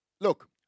look